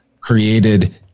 created